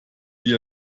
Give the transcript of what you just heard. wie